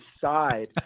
side